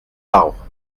arbres